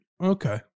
Okay